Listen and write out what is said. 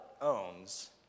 owns